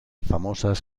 famosas